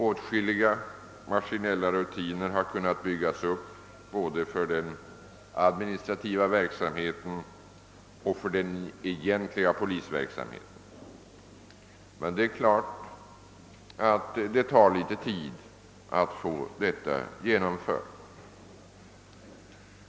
Åtskilliga maskinella rutiner har därigenom kunnat byggas upp både när det gäller den administrativa verksamheten och det egentliga polisarbetet. Klart är emellertid att det tar litet tid att få sådana saker genomförda.